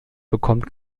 bekommt